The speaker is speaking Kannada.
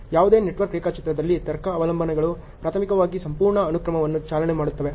ಯಾವುದೇ ನೆಟ್ವರ್ಕ್ ರೇಖಾಚಿತ್ರದಲ್ಲಿ ತರ್ಕ ಅವಲಂಬನೆಗಳು ಪ್ರಾಥಮಿಕವಾಗಿ ಸಂಪೂರ್ಣ ಅನುಕ್ರಮವನ್ನು ಚಾಲನೆ ಮಾಡುತ್ತವೆ